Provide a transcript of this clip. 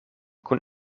kun